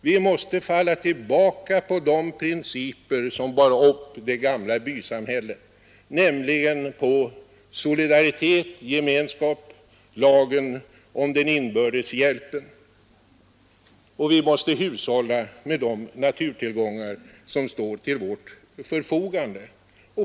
Vi måste falla tillbaka på de principer som bar upp det gamla bysamhället, nämligen solidaritet, gemenskap och lagen om inbördes hjälp. Och vi måste hushålla med de naturtillgångar som står till vårt förfogande.